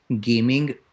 gaming